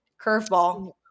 curveball